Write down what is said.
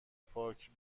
پاک